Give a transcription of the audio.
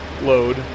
load